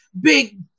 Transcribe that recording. big